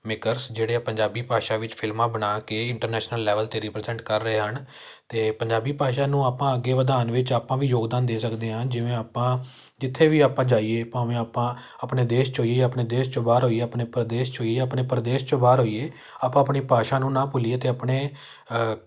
makers ਜਿਹੜੇ ਪੰਜਾਬੀ ਭਾਸ਼ਾ ਵਿੱਚ ਫਿਲਮਾਂ ਬਣਾ ਕੇ ਇੰਟਰਨੈਸ਼ਨਲ ਲੈਵਲ 'ਤੇ ਰੀਪ੍ਰਜੈਂਟ ਕਰ ਰਹੇ ਹਨ ਅਤੇ ਪੰਜਾਬੀ ਭਾਸ਼ਾ ਨੂੰ ਆਪਾਂ ਅੱਗੇ ਵਧਾਉਣ ਵਿੱਚ ਆਪਾਂ ਵੀ ਯੋਗਦਾਨ ਦੇ ਸਕਦੇ ਹਾਂ ਜਿਵੇਂ ਆਪਾਂ ਜਿੱਥੇ ਵੀ ਆਪਾਂ ਜਾਈਏ ਭਾਵੇਂ ਆਪਾਂ ਆਪਣੇ ਦੇਸ਼ 'ਚ ਹੋਈਏ ਜਾਂ ਆਪਣੇ ਦੇਸ਼ ਚੋਂ ਬਾਹਰ ਹੋਈਏ ਆਪਣੇ ਪ੍ਰਦੇਸ਼ 'ਚ ਹੋਈਏ ਆਪਣੇ ਪ੍ਰਦੇਸ਼ 'ਚੋਂ ਬਾਹਰ ਹੋਈਏ ਆਪਾਂ ਆਪਣੀ ਭਾਸ਼ਾ ਨੂੰ ਨਾ ਭੁੱਲੀਏ ਅਤੇ ਆਪਣੇ